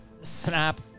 snap